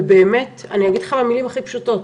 ובאמת אני אגיד לך במילים הכי פשוטות: